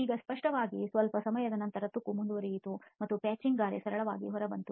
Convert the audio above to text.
ಈಗ ಸ್ಪಷ್ಟವಾಗಿ ಸ್ವಲ್ಪ ಸಮಯದ ನಂತರ ತುಕ್ಕು ಮುಂದುವರೆಯಿತು ಮತ್ತು ಪ್ಯಾಚಿಂಗ್ ಗಾರೆ ಸರಳವಾಗಿ ಹೊರಬಂದಿತು